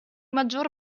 maggior